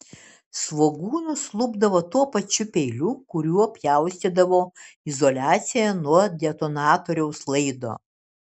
svogūnus lupdavo tuo pačiu peiliu kuriuo pjaustydavo izoliaciją nuo detonatoriaus laido